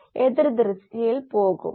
ഈ ചായങ്ങൾ പുറത്തേക്ക് ഒഴുകും